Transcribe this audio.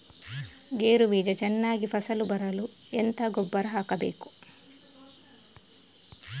ಗೇರು ಬೀಜ ಚೆನ್ನಾಗಿ ಫಸಲು ಬರಲು ಎಂತ ಗೊಬ್ಬರ ಹಾಕಬೇಕು?